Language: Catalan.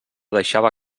deixava